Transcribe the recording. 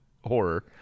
horror